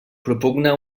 propugna